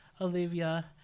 Olivia